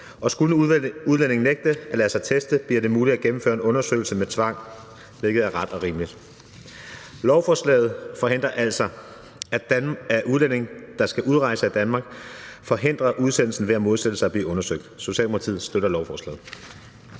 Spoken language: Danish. skulle udlændingen nægter at lade sig teste, bliver det muligt at gennemføre en undersøgelse med tvang, hvilket er ret og rimeligt. Lovforslaget forhindrer altså, at udlændinge, der skal udrejse af Danmark, forhindrer udsendelsen ved at modsætte sig at blive undersøgt. Socialdemokratiet støtter lovforslaget.